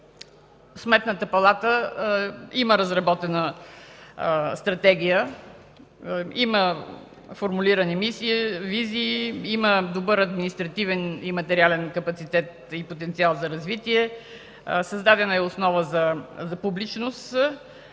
Сметната палата има разработена стратегия, има формулирана мисия, визия, има добър административен и материален капацитет и потенциал за развитие, създадена е основа за публичност.